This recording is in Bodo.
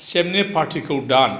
सेमनि पार्टिखौ दान